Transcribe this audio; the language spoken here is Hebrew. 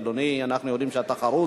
אדוני, אנחנו יודעים שאתה חרוץ,